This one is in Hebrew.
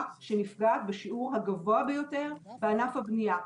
שנפגעת בשיעור הגבוה ביותר בענף הבנייה.